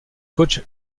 coach